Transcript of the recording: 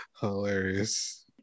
Hilarious